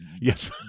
Yes